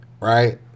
Right